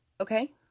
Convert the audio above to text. okay